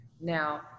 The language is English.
now